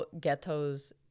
Ghetto's